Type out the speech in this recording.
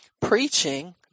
preaching